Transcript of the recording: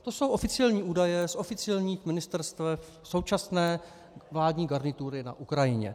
To jsou oficiální údaje z oficiálních ministerstev současné vládní garnitury na Ukrajině.